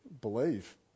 believe